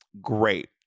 Great